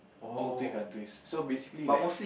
all three countries so basically like